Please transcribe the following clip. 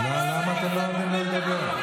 למה אתם לא נותנים לו לדבר?